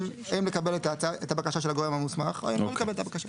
אם לקבל את הבקשה של הגורם המוסמך או אם לא לקבל את הבקשה.